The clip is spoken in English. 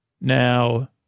Now